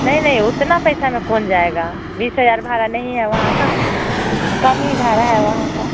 नहीं नहीं उतना पैसा में कौन जाएगा बीस हज़ार भाड़ा नहीं है वहाँ का कम ही भाड़ा है वहाँ का